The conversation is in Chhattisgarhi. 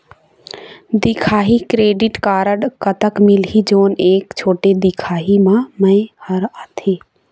दिखाही क्रेडिट कारड कतक मिलही जोन एक छोटे दिखाही म मैं हर आथे?